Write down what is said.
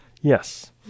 Yes